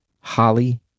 Holly